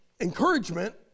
encouragement